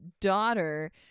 daughter